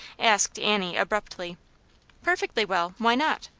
asked annie, abruptly perfectly well why not?